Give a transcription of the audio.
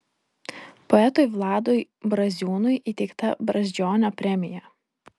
poetui vladui braziūnui įteikta brazdžionio premija